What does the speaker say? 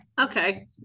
Okay